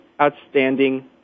Outstanding